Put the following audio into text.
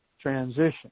transition